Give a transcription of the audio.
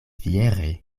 fiere